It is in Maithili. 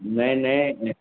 नहि नहि नहि